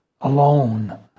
alone